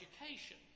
education